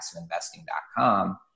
PassiveInvesting.com